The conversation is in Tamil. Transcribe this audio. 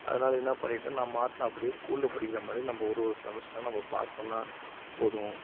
அதனால் என்ன பண்ணிவிட்டேன் நான் மாட்டுன்னு அப்படியே ஸ்கூலில் படிக்கிற மாதிரி நம்ம ஒரு ஒரு செமஸ்டரும் நம்ம பாஸ் பண்ணால் போதும்